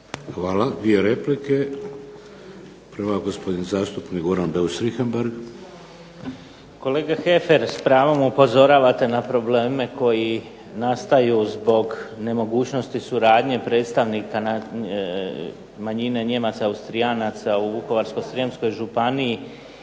Hvala. Dvije replike. Prva, gospodin zastupnik Goran Beus Richembergh. **Beus Richembergh, Goran (HNS)** Kolega Heffer, s pravom upozoravate na probleme koji nastaju zbog nemogućnosti suradnje predstavnike manjine Nijemaca, Austrijanaca u Vukovarsko-srijemskoj županiji